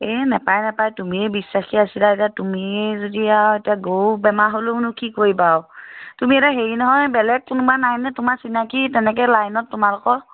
এই নাপায় নাপায় তুমিয়ে বিশ্বাসী আছিলা এতিয়া তুমিয়ে যদি আৰু এতিয়া গৰুৰ বেমাৰ হ'লেওনো কি কৰিবা আৰু তুমি এতিয়া হেৰি নহয় বেলেগ কোনোবা নাইনে তোমাৰ চিনাকি তেনেকৈ লাইনত তোমালোকৰ